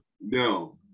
No